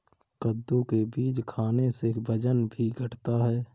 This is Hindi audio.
कद्दू के बीज खाने से वजन भी घटता है